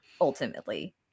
ultimately